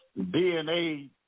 DNA